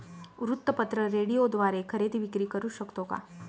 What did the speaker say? वृत्तपत्र, रेडिओद्वारे खरेदी विक्री करु शकतो का?